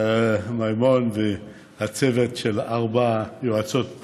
מימון והצוות של ארבע היועצות,